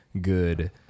good